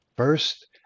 First